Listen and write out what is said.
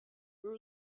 grew